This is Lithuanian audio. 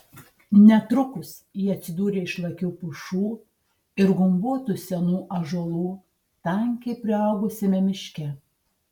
netrukus jie atsidūrė išlakių pušų ir gumbuotų senų ąžuolų tankiai priaugusiame miške